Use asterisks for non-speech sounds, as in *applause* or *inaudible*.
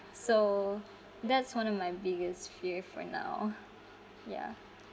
so that's one of my biggest fear for now *laughs* yeah